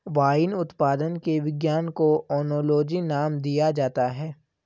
wine उत्पादन के विज्ञान को ओनोलॉजी नाम दिया जाता है